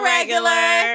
Regular